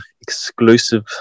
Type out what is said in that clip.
exclusive